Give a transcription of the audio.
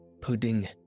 pudding